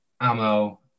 Ammo